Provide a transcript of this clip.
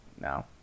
no